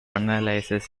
analyses